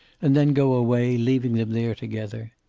and then go away, leaving them there together.